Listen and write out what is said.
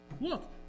Look